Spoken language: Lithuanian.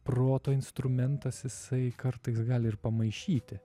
proto instrumentas jisai kartais gali ir pamaišyti